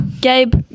Gabe